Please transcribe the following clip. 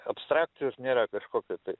abstrakcijos nėra kažkokio tai